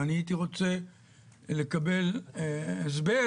ואני הייתי רוצה לקבל הסבר,